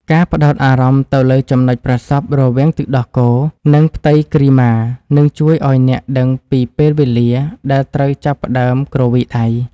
ការផ្ដោតអារម្មណ៍ទៅលើចំណុចប្រសព្វរវាងទឹកដោះគោ និងផ្ទៃគ្រីម៉ានឹងជួយឱ្យអ្នកដឹងពីពេលវេលាដែលត្រូវចាប់ផ្តើមគ្រវីដៃ។